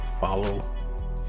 follow